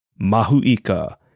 Mahuika